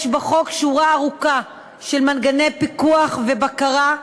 יש בחוק שורה ארוכה של מנגנוני פיקוח ובקרה,